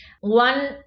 one